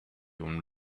one